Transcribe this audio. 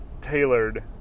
tailored